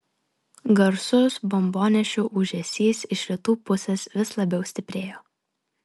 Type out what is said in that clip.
garsus bombonešių ūžesys iš rytų pusės vis labiau stiprėjo